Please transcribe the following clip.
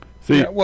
See